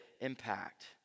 impact